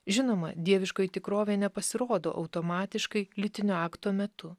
žinoma dieviškoji tikrovė nepasirodo automatiškai lytinio akto metu